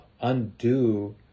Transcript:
undo